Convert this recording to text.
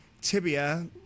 tibia